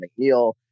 McNeil